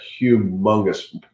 humongous